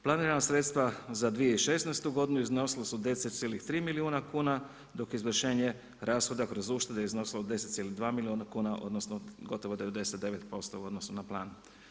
Planirana sredstva za 2016. godinu iznosila su 10,3 milijuna kuna dok je izvršenje rashoda kroz uštede iznosilo 10,2 milijuna kuna odnosno gotovo 99% u odnosu na plan.